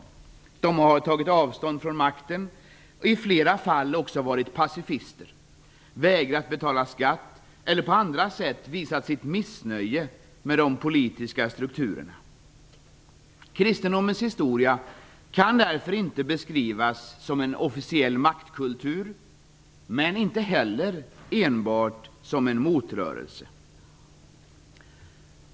Dessa rörelser har tagit avstånd från makten, och i flera fall har dess anhängare varit pacifister, vägrat att betala skatt eller på andra sätt visat sitt missnöje med de politiska strukturerna. Kristendomen kan därför historiskt inte beskrivas som en officiell maktkultur, men inte heller enbart som en motrörelse.